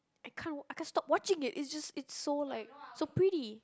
I can't I can't stop watching it it's just it's so like so pretty